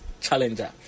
challenger